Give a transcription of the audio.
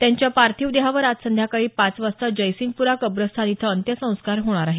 त्यांच्या पार्थिव देहावर आज संध्याकाळी पाच वाजता जयसिंगप्रा कब्रस्थान इथं अंत्यसंस्कार होणार आहेत